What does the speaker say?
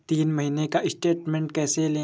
तीन महीने का स्टेटमेंट कैसे लें?